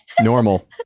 normal